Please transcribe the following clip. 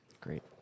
Great